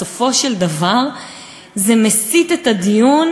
בסופו של דבר זה מסיט את הדיון,